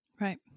Right